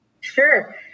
Sure